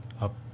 up